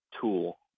tool